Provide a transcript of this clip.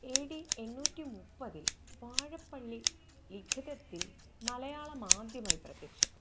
ഏ ഡി എണ്ണൂറ്റി മുപ്പതില് വാഴപ്പള്ളി ലിഖിതത്തില് മലയാളം ആദ്യമായി പ്രത്യക്ഷപ്പെട്ടു